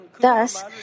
Thus